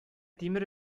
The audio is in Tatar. тимер